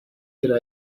could